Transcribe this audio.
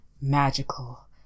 magical